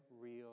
real